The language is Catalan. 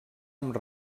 amb